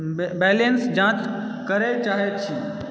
balance जाँच करै चाहैत छी